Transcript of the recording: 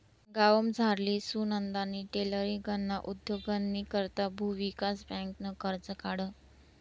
गावमझारली सुनंदानी टेलरींगना उद्योगनी करता भुविकास बँकनं कर्ज काढं